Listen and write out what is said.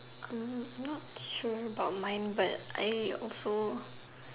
not sure about mine but I also